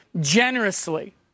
generously